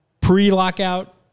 pre-lockout